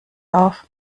auf